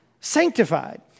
sanctified